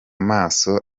maso